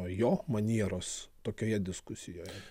jo manieros tokioje diskusijoje